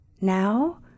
Now